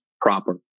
proper